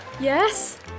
Yes